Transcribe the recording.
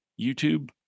YouTube